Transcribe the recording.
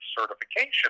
certification